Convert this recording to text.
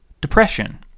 depression